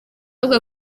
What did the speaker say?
avuga